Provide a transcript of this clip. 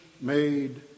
made